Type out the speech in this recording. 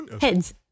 Heads